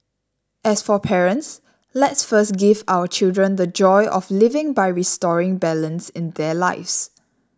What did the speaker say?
as for parents let's first give our children the joy of living by restoring balance in their lives